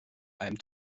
einem